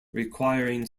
requiring